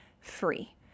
free